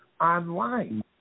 online